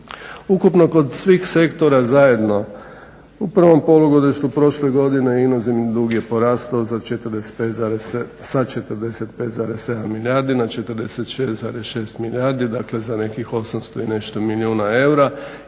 Ukupno kod svih sektora zajedno, u prvom polugodištu prošle godine inozemni dug je porastao sa 45,7 milijardi na 46, 6 milijardi, dakle za nekih 800 i nešto milijuna eura